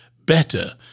better